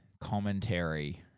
commentary